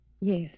Yes